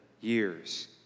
years